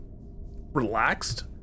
relaxed